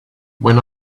when